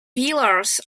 pillars